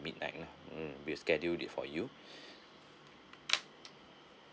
midnight lah mm we will scheduled it for you